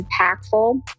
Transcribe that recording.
impactful